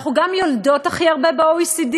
אנחנו גם יולדות הכי הרבה ב-OECD,